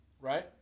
Right